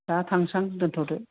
दा थांसां दोनथ'दो